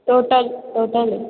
total total